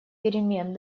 перемен